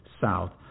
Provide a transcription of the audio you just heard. South